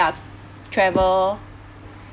travel